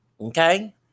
okay